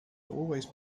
always